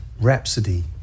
Rhapsody